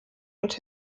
und